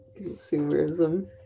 consumerism